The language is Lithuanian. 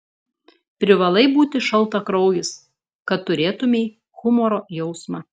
privalai būti šaltakraujis kad turėtumei humoro jausmą